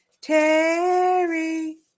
Terry